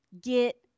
get